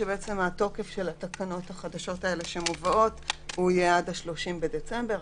התוקף של התקנות החדשות שמובאות יהיה עד 30 בדצמבר.